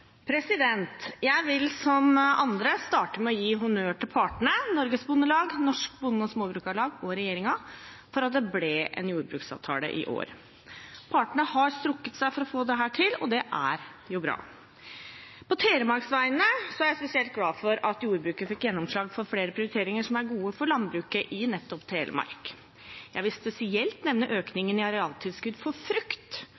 redegjørelsen. Jeg vil som andre starte med i gi honnør til partene, Norges Bondelag, Norsk Bonde- og Småbrukarlag og regjeringen, for at det ble en jordbruksavtale i år. Partene har strukket seg for å få dette til, og det er bra. På Telemarks vegne er jeg spesielt glad for at jordbruket fikk gjennomslag for flere prioriteringer som er gode for landbruket i nettopp Telemark. Jeg vil spesielt nevne